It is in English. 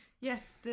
yes